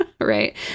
Right